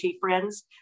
friends